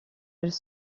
elles